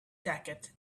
jacket